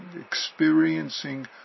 experiencing